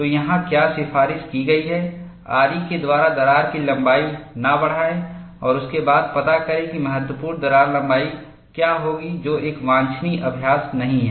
तो यहाँ क्या सिफारिश की गई है आरी के द्वारा दरार की लंबाई ना बढ़ाएं और उसके बाद पता करें कि महत्वपूर्ण दरार लंबाई क्या होगी जो एक वांछनीय अभ्यास नहीं है